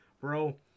bro